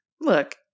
Look